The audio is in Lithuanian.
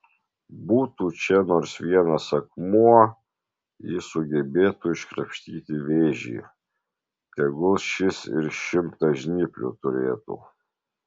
būtų čia nors vienas akmuo jis sugebėtų iškrapštyti vėžį tegul šis ir šimtą žnyplių turėtų